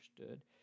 understood